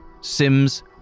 Sims